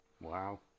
Wow